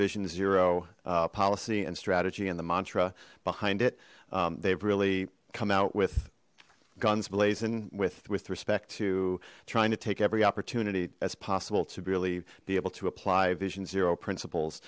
vision zero uh policy and strategy and the mantra behind it they've really come out with guns blazing with with respect to trying to take every opportunity as possible to really be able to apply vision zero principles